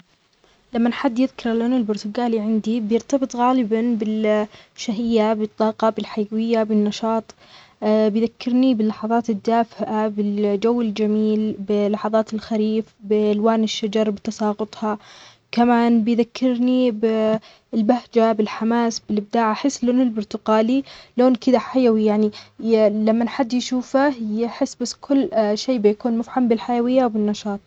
اللون البرتقالي يربطني بالطاقة والحيوية، مثل شروق الشمس أو غروبها. أول شيء يخطر في بالي هو الفواكه مثل البرتقال، اللي يعطي إحساس بالحيوية والانتعاش. بعد، يذكرني بالأوقات الدافئة والمرح، مثل حفلات الصيف أو الألعاب الخارجية. البرتقالي يعطي شعور بالبهجة والتفاؤل.